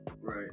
Right